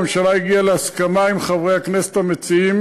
הממשלה הגיעה להסכמה עם חברי הכנסת המציעים